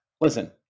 Listen